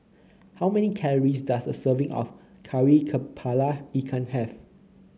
how many calories does a serving of Kari kepala Ikan have